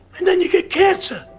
and then you get cancer.